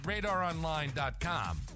RadarOnline.com